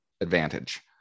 advantage